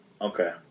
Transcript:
Okay